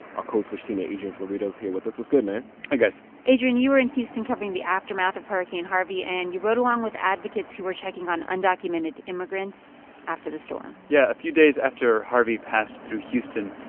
our code switch teammate adrian florido is here with us. what's good, man? hi, guys adrian, you were in houston covering the aftermath of hurricane harvey. and you rode along with advocates who were checking on undocumented immigrants after the storm yeah. a few days after harvey passed through houston,